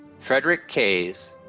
frederick kayes,